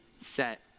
set